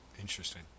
Interesting